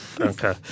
Okay